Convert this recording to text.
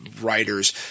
writers